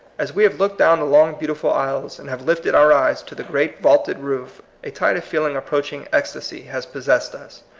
as we have looked down the long beautiful aisles, and have lifted our eyes to the great vaulted roof, a tide of feeling approaching ecstasy has possessed us.